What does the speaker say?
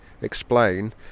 explain